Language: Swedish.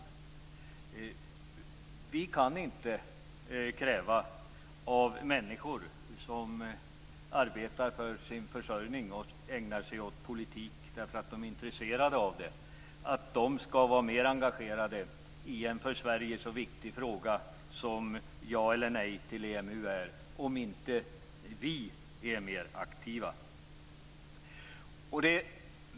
Vi kan inte kräva av människor som arbetar för sin försörjning och som av intresse ägnar sig åt politik skall engagera sig mer i en för Sverige så viktig fråga som ja eller nej till EMU, om inte vi är mer aktiva.